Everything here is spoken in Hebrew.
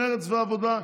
מרצ והעבודה,